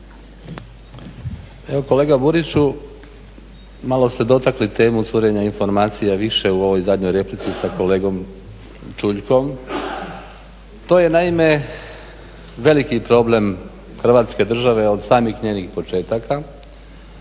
Evo kolega Buriću, malo ste dotakli temu curenja informacija više u ovoj zadnjoj replici sa kolegom Čuljkom, to je naime veliki problem hrvatske države od samih njenih početaka,